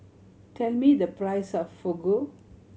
tell me the price of Fugu